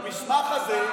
במסמך הזה,